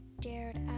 dared